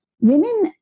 women